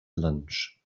lunch